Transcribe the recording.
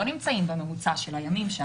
לא נמצאים בממוצע של הימים שם.